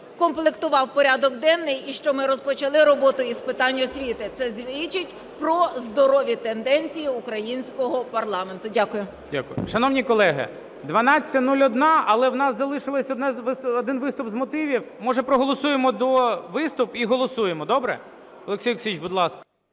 комплектував порядок денний і що ми розпочали роботу із питань освіти. Це свідчить про здорові тенденції українського парламенту. Дякую. ГОЛОВУЮЧИЙ. Дякую. Шановні колеги, 12:01, але в нас залишився один виступ з мотивів. Може, проголосуємо до... Виступ і голосуємо. Добре? Олексій Олексійович, будь ласка.